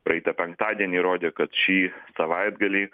praeitą penktadienį rodė kad šį savaitgalį